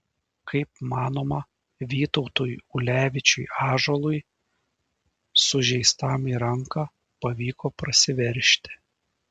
kaip manoma vytautui ulevičiui ąžuolui sužeistam į ranką pavyko prasiveržti